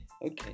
Okay